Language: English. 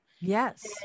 yes